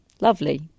lovely